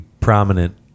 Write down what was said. prominent